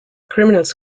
criminals